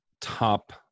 top